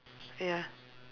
ya